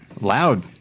Loud